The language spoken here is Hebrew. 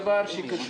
זה דבר שקשור,